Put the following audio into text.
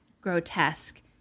grotesque